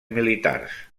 militars